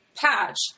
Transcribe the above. patch